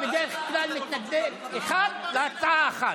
לפנים משורת הדין.